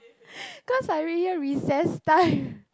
cause I read here recess time